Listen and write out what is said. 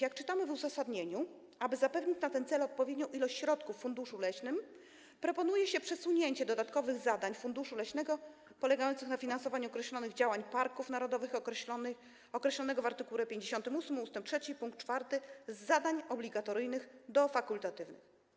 Jak czytamy w uzasadnieniu: „aby zapewnić na ten cel odpowiednią ilość środków w funduszu leśnym, proponuje się przesunięcie dotychczasowych zadań funduszu leśnego, polegającego na finansowaniu określonych działań parków narodowych, określonego w art. 58 ust. 3 pkt 4, z zadań obligatoryjnych do fakultatywnych”